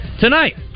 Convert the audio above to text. tonight